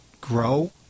grow